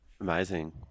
amazing